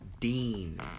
Dean